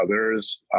others